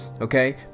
okay